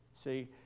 See